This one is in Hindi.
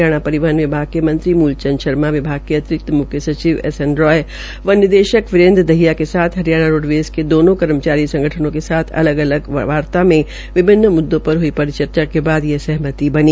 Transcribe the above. हरियाणा परिवहन विभाग के मंत्री मूलचंद शर्मा विभाग के अतिरिक्त मुख्य सचिव एस॰एन॰रॉय व निदेशक वरिंद्र दहिया के साथ हरियाणा रोडवेज के दोनों कर्मचारी संगठनों के साथ साथ अलग अलग वार्ता में विभिन्न मुद्दों पर ह्ई परिचर्चा के बाद यह सहमति बनी